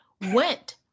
went